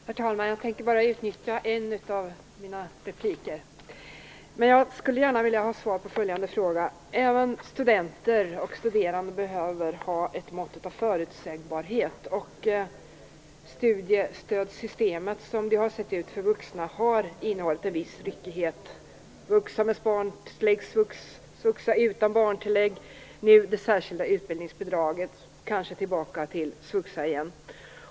Herr talman! Jag tänker bara utnyttja en av mina repliker. Även studerande behöver ett mått av förutsägbarhet. Studiestödssystemet, som det har sett ut för vuxna, har innehållit en viss ryckighet. Det har varit svux och svuxa med och utan barntillägg och nu det särskilda utbildningsbidraget. Vi kommer kanske tillbaka till svuxa igen.